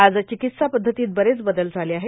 आज चिकित्सा पध्दतीत बरेच बदल झाले आहेत